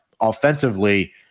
offensively